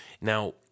Now